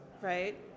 Right